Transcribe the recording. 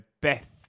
Beth